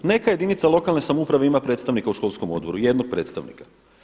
Neka jedinica lokalne samouprave ima predstavnika u školskom odboru, jednog predstavnika.